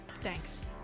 Thanks